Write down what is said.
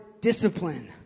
discipline